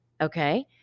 Okay